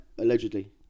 Allegedly